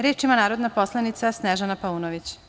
Reč ima narodna poslanica Snežana Paunović.